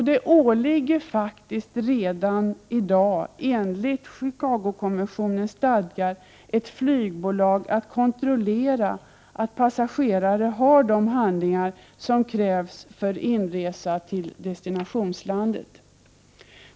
Det åligger faktiskt redan i dag enligt Chicagokonventionens stadgar ett flygbolag att kontrollera att passagerare har de handlingar som krävs för inresa till destinationslandet.